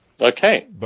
Okay